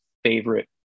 favorite